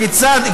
הכיצד,